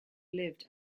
lived